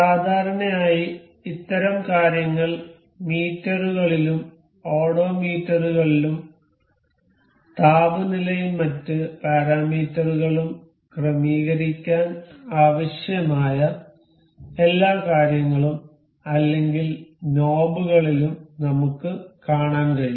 സാധാരണയായി ഇത്തരം കാര്യങ്ങൾ മീറ്ററുകളിലും ഓഡോമീറ്ററുകളിലും താപനിലയും മറ്റ് പാരാമീറ്ററുകളും ക്രമീകരിക്കാൻ ആവശ്യമായ എല്ലാ കാര്യങ്ങളും അല്ലെങ്കിൽ നോബുകളിലും നമുക്ക് കാണാൻ കഴിയും